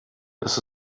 das